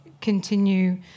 continue